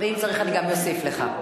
ואם צריך אני גם אוסיף לך.